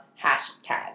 hashtag